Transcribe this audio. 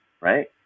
right